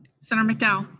senator mcdowell?